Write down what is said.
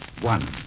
One